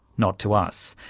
not to us.